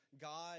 God